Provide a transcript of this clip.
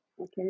okay